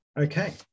okay